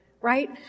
right